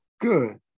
good